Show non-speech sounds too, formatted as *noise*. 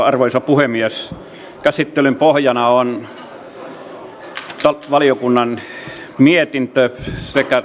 *unintelligible* arvoisa puhemies käsittelyn pohjana on valiokunnan mietintö sekä *unintelligible*